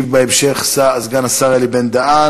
ישיב בהמשך סגן השר אלי בן-דהן.